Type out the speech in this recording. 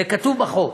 זה כתוב בחוק.